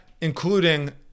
Including